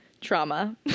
trauma